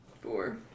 Four